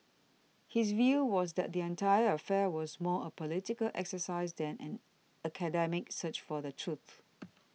his view was that the entire affair was more a political exercise than an academic search for the truth